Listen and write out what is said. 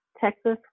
Texas